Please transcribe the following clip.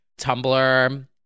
Tumblr